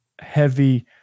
heavy